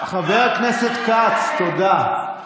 איפה ראש המפלגה שלך חבר הכנסת כץ, תודה.